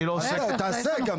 אני לא עוסק --- תעשה גם.